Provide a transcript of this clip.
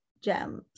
gems